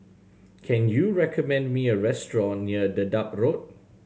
can you recommend me a restaurant near Dedap Road